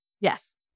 Yes